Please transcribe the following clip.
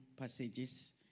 passages